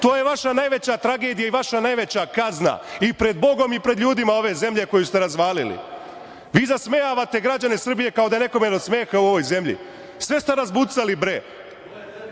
To je vaša najveća tragedija i vaša najveća kazna i pred Bogom i pred ljudima ove zemlje koju ste razvalili. Vi zasmejavate građane Srbije, kao da je nekome do smeha u ovoj zemlji. Sve ste razbucali, bre.